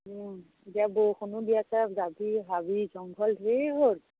এতিয়া বৰষুণো দি আছে জাবি হাবি জংঘল ঢেৰ হ'ল